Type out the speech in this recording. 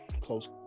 close